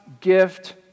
gift